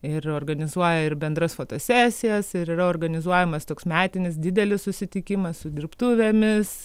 ir organizuoja ir bendras fotosesijas ir yra organizuojamas toks metinis didelis susitikimas su dirbtuvėmis